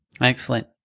Excellent